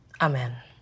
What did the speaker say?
Amen